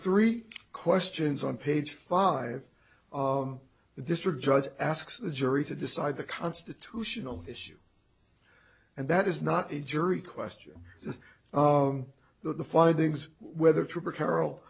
three questions on page five the district judge asks the jury to decide the constitutional issue and that is not a jury question is that the findings whether trooper carrol